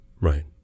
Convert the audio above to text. Right